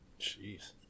Jeez